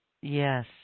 yes